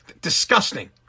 Disgusting